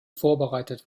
vorbereitet